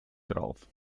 drauf